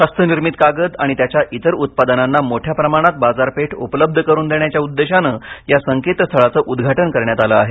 हस्तनिर्मित कागद आणि त्याच्या इतर उत्पादनांना मोठ्या प्रमाणात बाजारपेठ उपलब्ध करून देण्याच्या उद्देशाने या संकेतस्थळांचे उद्घाटन करण्यात आलं आहे